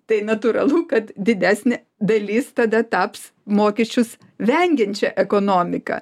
tai natūralu kad didesnė dalis tada taps mokesčius vengiančia ekonomika